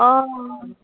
অঁ